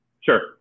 Sure